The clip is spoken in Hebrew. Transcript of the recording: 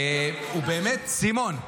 סימון,